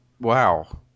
Wow